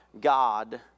God